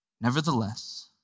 Nevertheless